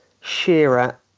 Shearer